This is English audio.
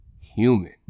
human